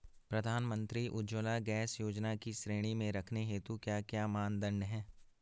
प्रधानमंत्री उज्जवला गैस योजना की श्रेणी में रखने हेतु क्या क्या मानदंड है?